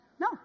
No